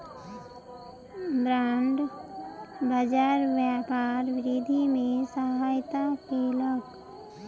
bond बाजार व्यापार वृद्धि में सहायता केलक